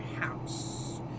house